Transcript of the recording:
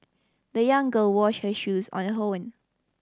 the young girl washed her shoes on her own